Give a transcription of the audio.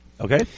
Okay